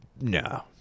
No